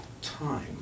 time